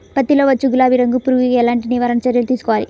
పత్తిలో వచ్చు గులాబీ రంగు పురుగుకి ఎలాంటి నివారణ చర్యలు తీసుకోవాలి?